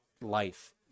life